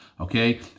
okay